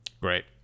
Great